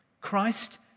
Christ